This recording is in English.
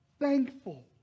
thankful